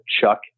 chuck